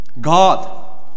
God